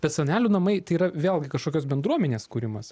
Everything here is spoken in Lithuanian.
kad senelių namai tai yra vėlgi kažkokios bendruomenės kūrimas